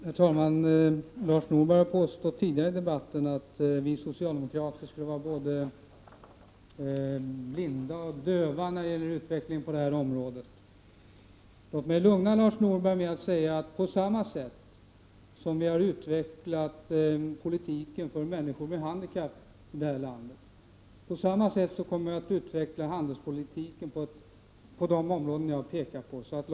Herr talman! Lars Norberg har påstått tidigare i debatten att vi socialdemokrater skulle vara både blinda och döva för utvecklingen på detta område. Låt mig lugna Lars Norberg med att säga att på samma sätt som vi har utvecklat politiken för människor med handikapp i vårt land, på samma sätt kommer vi att utveckla handelspolitiken på de områden som jag har pekat på.